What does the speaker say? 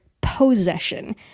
possession